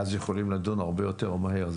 כדי לדון הרבה יותר מהר.